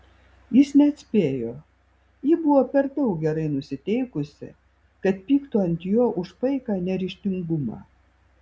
jis neatspėjo ji buvo per daug gerai nusiteikusi kad pyktų ant jo už paiką neryžtingumą